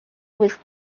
was